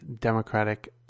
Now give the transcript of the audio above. Democratic